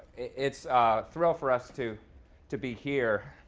it's a thrill for us to to be here